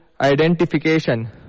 identification